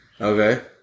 Okay